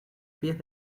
pies